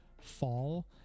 fall